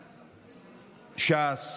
ש"ס,